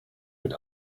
mit